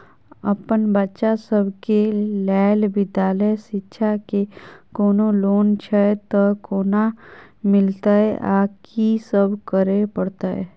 अप्पन बच्चा सब केँ लैल विधालय शिक्षा केँ कोनों लोन छैय तऽ कोना मिलतय आ की सब करै पड़तय